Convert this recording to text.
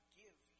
give